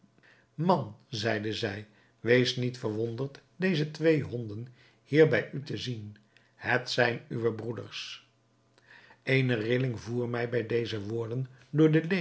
man zeide zij wees niet verwonderd deze twee honden hier bij u te zien het zijn uwe broeders eene rilling voer mij bij deze woorden door